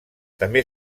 també